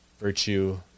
virtue